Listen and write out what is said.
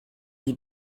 die